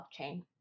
blockchain